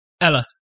Ella